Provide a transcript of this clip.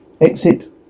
Exit